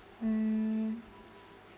mm